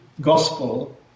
gospel